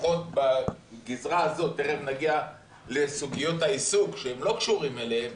לפחות בגזרה הזאת תכף נגיע לסוגיות העיסוק שהן לא קשורות אליהם